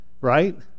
right